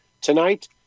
tonight